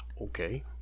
Okay